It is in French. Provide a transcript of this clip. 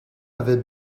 avait